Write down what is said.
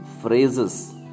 phrases